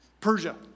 Persia